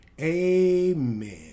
Amen